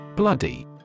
Bloody